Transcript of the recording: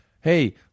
hey